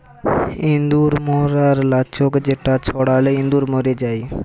ইঁদুর ম্যরর লাচ্ক যেটা ছড়ালে ইঁদুর ম্যর যায়